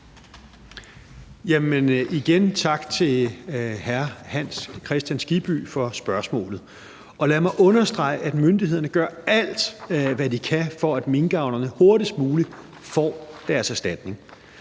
tak til hr. Hans Kristian Skibby for spørgsmålet. Lad mig understrege, at myndighederne gør alt, hvad de kan, for at minkavlerne hurtigst muligt får deres erstatning.